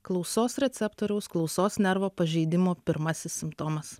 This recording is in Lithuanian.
klausos receptoriaus klausos nervo pažeidimo pirmasis simptomas